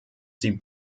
sie